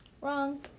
Wrong